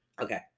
Okay